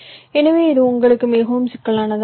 எனவே இது உங்களுக்கு மிகவும் சிக்கலானதாகிவிடும்